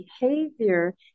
behavior